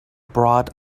broad